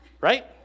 right